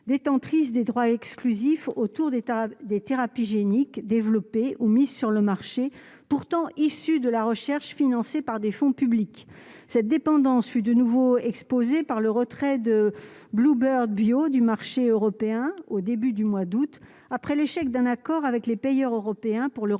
des droits exclusifs autour des tables, des thérapies géniques développés ou mise sur le marché, pourtant issu de la recherche financée par des fonds publics, cette dépendance fut de nouveau exposé par le retrait de Blue Bird bio du marché européen au début du mois d'août, après l'échec d'un accord avec les payeurs européen pour le